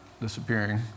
disappearing